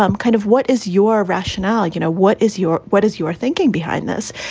um kind of what is your rationale? you know, what is your what is your thinking behind this?